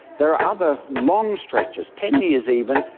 there are other long stretches, ten years even,